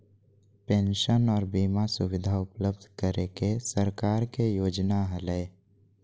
pension आर बीमा सुविधा उपलब्ध करे के सरकार के योजना हलय